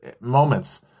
moments